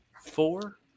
four